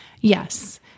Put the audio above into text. Yes